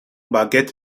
باگت